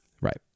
Right